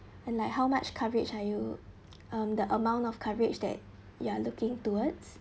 and like how much coverage you um the amount of coverage that you are looking towards